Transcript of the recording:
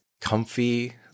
comfy